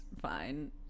fine